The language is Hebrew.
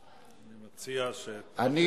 זה בדיוק הרעיון של נבחרי ציבור.